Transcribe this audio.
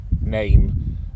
name